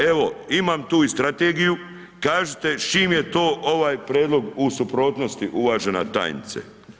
Evo, imam tu i strategiju, kažite s čim je to ovaj prijedlog u suprotnosti, uvažena tajnice.